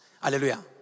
Hallelujah